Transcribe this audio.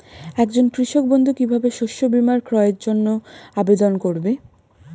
একজন কৃষক বন্ধু কিভাবে শস্য বীমার ক্রয়ের জন্যজন্য আবেদন করবে?